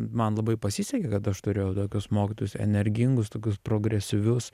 man labai pasisekė kad aš turėjau tokius mokytojus energingus tokius progresyvius